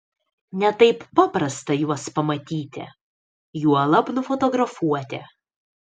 ne taip paprasta juos pamatyti juolab nufotografuoti